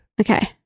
Okay